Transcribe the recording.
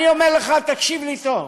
אני מכבד אותך,